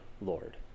lord